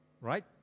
Right